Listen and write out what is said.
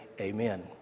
Amen